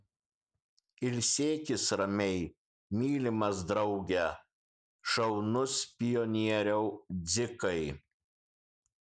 ilsėkis ramiai mylimas drauge šaunus pionieriau dzikai